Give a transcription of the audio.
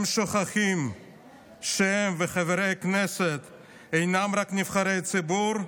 הם שוכחים שהם וחברי הכנסת אינם רק נבחרי ציבור,